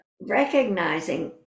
recognizing